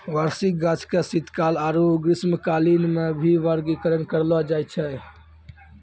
वार्षिक गाछ के शीतकाल आरु ग्रीष्मकालीन मे वर्गीकरण करलो जाय छै